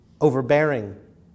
overbearing